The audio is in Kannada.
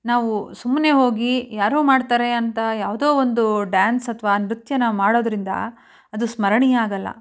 ನಾವು ಸುಮ್ಮನೆ ಹೋಗಿ ಯಾರೋ ಮಾಡ್ತಾರೆ ಅಂತ ಯಾವುದೋ ಒಂದು ಡಾನ್ಸ್ ಅಥವಾ ನೃತ್ಯ ನಾವು ಮಾಡೋದರಿಂದ ಅದು ಸ್ಮರಣೀಯ ಆಗೋಲ್ಲ